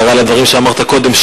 הערה לדברים שאמרת קודם: